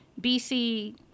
BC